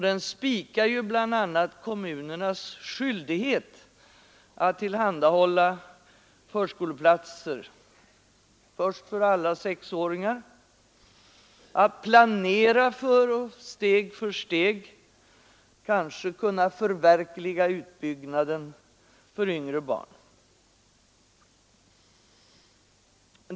Den spikar bl.a. kommunernas skyldighet att tillhandahålla förskoleplatser för alla sexåringar och att planera för och kanske steg för steg kunna förverkliga utbyggnaden så att förskoleverksamheten kan omfatta även yngre barn.